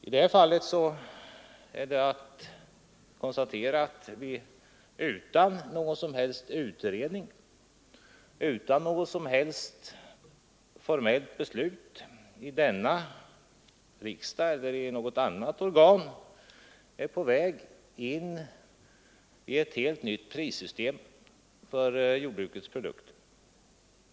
Man kan i detta fall konstatera att vi utan någon som helst utredning och utan formellt beslut i riksdagen eller i något annat organ är på väg in i ett helt nytt prissystem för jordbrukets produkter.